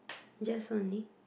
just only